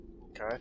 Okay